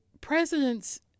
presidents